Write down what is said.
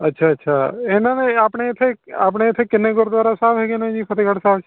ਅੱਛਾ ਅੱਛਾ ਇਹਨਾਂ ਨੇ ਆਪਣੇ ਇੱਥੇ ਆਪਣੇ ਇੱਥੇ ਕਿੰਨੇ ਗੁਰਦੁਆਰਾ ਸਾਹਿਬ ਹੈਗੇ ਨੇ ਜੀ ਫਤਿਹਗੜ੍ਹ ਸਾਹਿਬ